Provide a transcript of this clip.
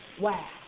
wow